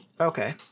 Okay